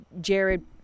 Jared